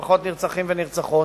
משפחות נרצחים ונרצחות,